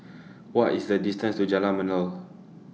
What IS The distance to Jalan Melor